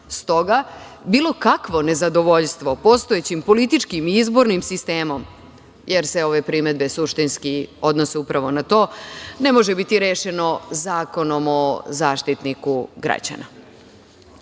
Stoga, bilo kakvo nezadovoljstvo postojećim političkim i izbornim sistemom, jer se ove primedbe suštinski odnose upravo na to, ne može biti rešeno Zakonom o Zaštitniku građana.U